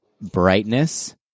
brightness